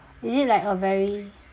is it like a very